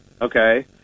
Okay